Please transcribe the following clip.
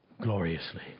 gloriously